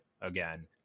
again